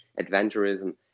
adventurism